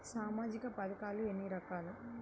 సామాజిక పథకాలు ఎన్ని రకాలు?